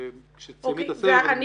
כשתסיימי את הסבב -- אני